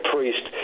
Priest